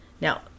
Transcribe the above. Now